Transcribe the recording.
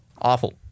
Awful